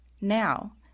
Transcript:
now